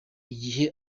igihe